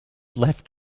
left